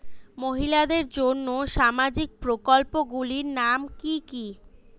মহিলাদের জন্য সামাজিক প্রকল্প গুলির নাম কি কি?